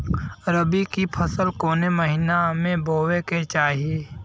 रबी की फसल कौने महिना में बोवे के चाही?